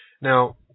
now